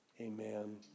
Amen